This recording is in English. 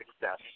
success